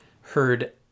heard